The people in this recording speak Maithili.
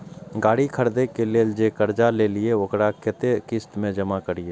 गाड़ी खरदे के लेल जे कर्जा लेलिए वकरा कतेक किस्त में जमा करिए?